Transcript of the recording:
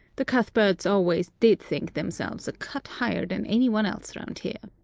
the cuthberts always did think themselves a cut higher than any one else round here.